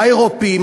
האירופים,